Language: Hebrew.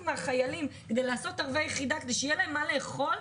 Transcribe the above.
מהחיילים כדי לעשות ערבי יחידה כדי שיהיה להם מה לאכול,